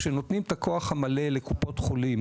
כנותנים את הכוח המלא לקופות חולים